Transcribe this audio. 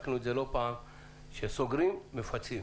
כשסוגרים מפצים.